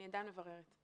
אני עדיין מבררת.